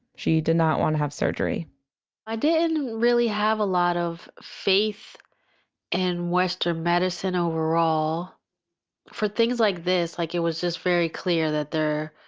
she did not wanna have surgery i didn't really have a lot of faith in western medicine overall for things like this, like it was just very clear, that there,